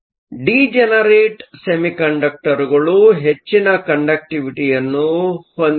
ಆದ್ದರಿಂದ ಡೀಜನರೇಟ್ ಸೆಮಿಕಂಡಕ್ಟರ್ಗಳು ಹೆಚ್ಚಿನ ಕಂಡಕ್ಟಿವಿಟಿಯನ್ನು ಹೊಂದಿವೆ